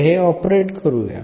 എന്ന് നമുക്കറിയാം